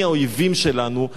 מי האויבים שלנו,